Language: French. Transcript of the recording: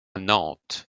nantes